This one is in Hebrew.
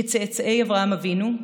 כצאצאי אברהם אבינו,